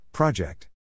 Project